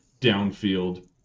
downfield